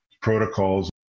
protocols